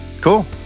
cool